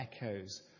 echoes